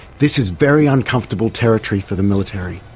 this is very uncomfortable territory for the military.